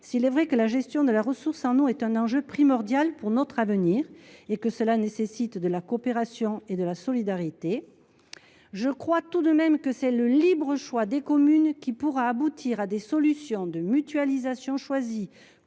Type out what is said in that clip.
S’il est vrai que la gestion de la ressource en eau constitue un enjeu primordial pour notre avenir et que cela nécessite de la coopération et de la solidarité, c’est, à mon sens, le libre choix des communes qui permettra d’aboutir à des solutions de mutualisation choisie,